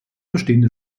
bestehende